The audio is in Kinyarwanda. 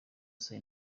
saa